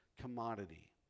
commodity